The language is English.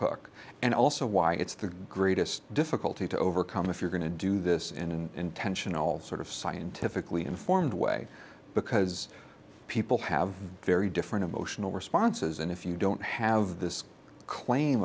hook and also why it's the greatest difficulty to overcome if you're going to do this in an intentional sort of scientifically informed way because people have very different emotional responses and if you don't have this claim